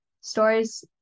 stories